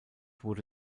wurde